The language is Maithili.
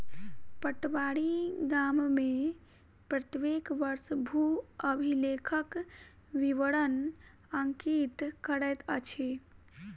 पटवारी गाम में प्रत्येक वर्ष भू अभिलेखक विवरण अंकित करैत अछि